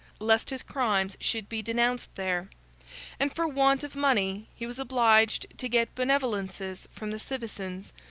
lest his crimes should be denounced there and for want of money, he was obliged to get benevolences from the citizens,